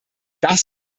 das